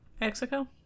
Mexico